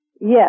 Yes